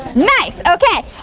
nice, okay,